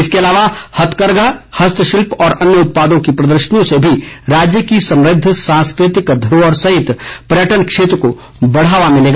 इसके अलावा हथकरघा हस्तशिल्प और अन्य उत्पादों की प्रदर्शनियों से भी राज्य की समृद्ध सांस्कृतिक धरोहर सहित पर्यटन क्षेत्र को बढ़ावा मिलेगा